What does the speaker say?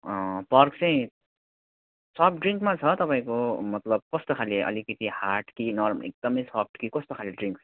pork चाहिँ soft ड्रिङ्कमा छ तपाईँको मतलब कस्तो खाले अलिकति हार्ड कि नर्मल एकदमै सफ्ट कि कस्तो खाले ड्रिङ्क्स